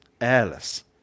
airless